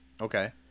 Okay